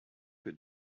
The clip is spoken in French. que